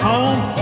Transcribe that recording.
Home